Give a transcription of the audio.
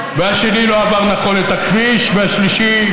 והשני לא עבר נכון את הכביש והשלישי,